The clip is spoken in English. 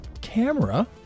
camera